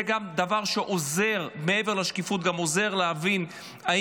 מעבר לשקיפות זה גם דבר שעוזר להבין אם